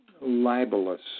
libelous